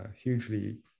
hugely